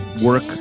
work